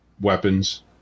weapons